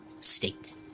state